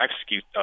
execute